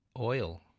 Oil